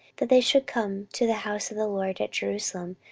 that they should come to the house of the lord at jerusalem,